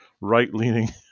right-leaning